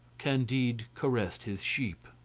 candide caressed his sheep.